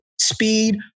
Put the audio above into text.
speed